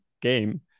game